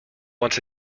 once